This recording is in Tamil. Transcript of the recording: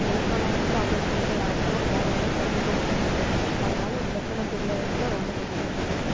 இலக்கணம் வந்துட்டு அவ்வளோ சீக்கிரம் யாருக்கும் யாராலும் கற்றுக்க முடியாது அதனால இலக்கணம் தெரியாதனால் ரொம்ப கஷ்டப்பட்றோம்